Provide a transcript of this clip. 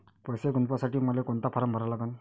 पैसे गुंतवासाठी मले कोंता फारम भरा लागन?